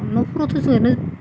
आरो न'फोरावथ' ओरैनो